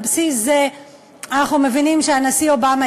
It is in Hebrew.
על בסיס זה אנחנו מבינים שהנשיא אובמה